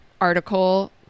article